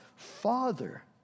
father